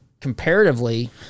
comparatively